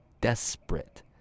desperate